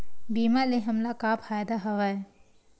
बीमा ले हमला का फ़ायदा हवय?